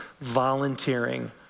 volunteering